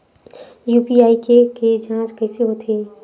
UPI के के जांच कइसे होथे?